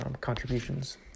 contributions